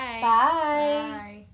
Bye